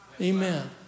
Amen